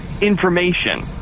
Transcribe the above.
information